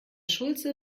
schulze